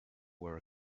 were